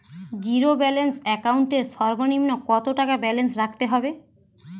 Zero balance account এর সর্বনিম্ন কত টাকা ব্যালেন্স রাখতে হবে?